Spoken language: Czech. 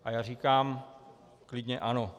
A já říkám klidně ano.